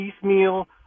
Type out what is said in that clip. piecemeal